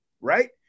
right